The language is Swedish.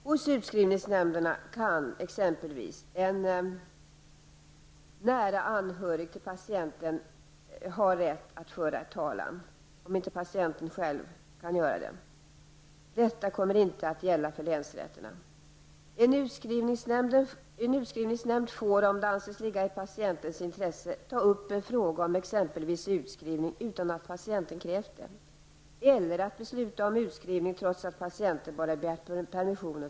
Hos utskrivningsnämnderna har exempelvis en nära anhörig till patienten rätt att föra patientens talan om inte patienten själv kan göra det. Detta kommer inte att gälla för länsrätterna. En utskrivningsnämnd får, om det anses ligga i patientens intresse, exempelvis ta upp en fråga om utskrivning utan att patienten krävt detta eller besluta om utskrivning trots att patienten bara begärt permission.